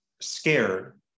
scared